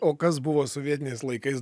o kas buvo sovietiniais laikais